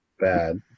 bad